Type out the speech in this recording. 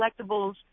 collectibles